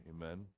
Amen